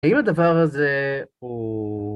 אם הדבר הזה הוא...